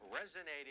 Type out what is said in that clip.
resonating